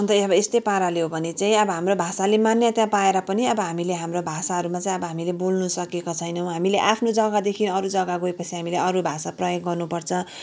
अन्त अब यस्तै पाराले हो भने चाहिँ अब हाम्रो भाषाले मान्यता पाएर पनि अब हामीले हाम्रो भाषाहरूमा चाहिँ अब हामीले बोल्नु सकेको छैनौँ हामीले आफ्नो जग्गादेखि अरू जग्गा गएपछि हामीले अरू भाषा प्रयोग गर्नु पर्छ